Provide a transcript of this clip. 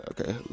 Okay